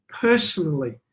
personally